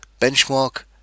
benchmark